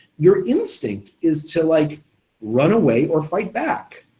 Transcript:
your instinct is to like run away or fight back,